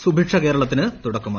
സുഭിക്ഷ കേരളത്തിന് തുടക്കമായി